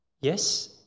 Yes